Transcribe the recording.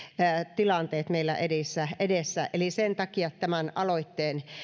tilanteet meillä edessä edessä eli sen takia tämän aloitteen